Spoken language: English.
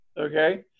Okay